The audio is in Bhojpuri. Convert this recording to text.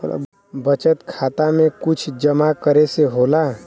बचत खाता मे कुछ जमा करे से होला?